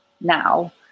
now